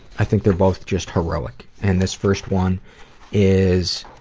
i think they're both just heroic. and this first one is